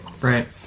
Right